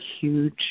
huge